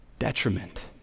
Detriment